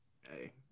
Hey